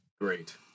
Great